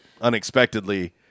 unexpectedly